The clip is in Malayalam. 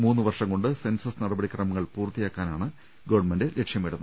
മൂന്നുവർഷം കൊണ്ട് സെൻസസ് നടപടി ക്രമങ്ങൾ പൂർത്തിയാക്കാനാണ് ഗവൺമെന്റ് ലക്ഷ്യമിടുന്നത്